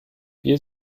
wir